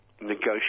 negotiate